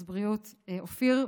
אז בריאות, אופיר.